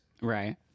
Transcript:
right